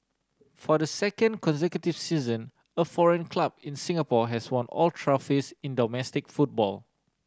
for the second consecutive season a foreign club in Singapore has won all trophies in domestic football